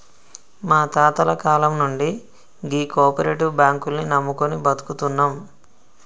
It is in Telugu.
మా తాతల కాలం నుండి గీ కోపరేటివ్ బాంకుల్ని నమ్ముకొని బతుకుతున్నం